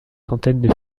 centaines